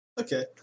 Okay